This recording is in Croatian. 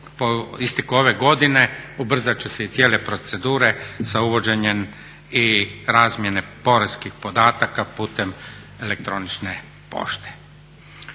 isteku ove godine ubrzat će se i cijele procedure sa uvođenjem i razmjene poreskih podataka putem elektronične pošte.